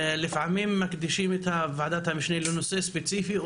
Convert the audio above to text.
לפעמים מקדישים את ועדת המשנה לנושא ספציפי,